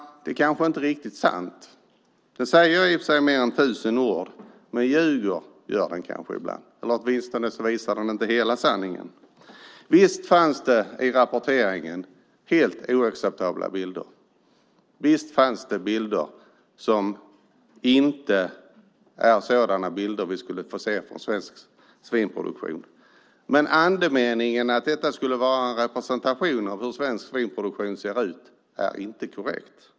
Det är kanske inte riktigt sant. En bild säger i och för sig mer än tusen ord, men den ljuger kanske ibland. Den visar åtminstone inte hela sanningen. Visst fanns det i rapporteringen helt oacceptabla bilder. Visst fanns det bilder som visade sådant som inte borde finnas i svensk svinproduktion. Men andemeningen att detta skulle vara representativt för hur svensk svinproduktion ser ut är inte korrekt.